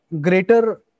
greater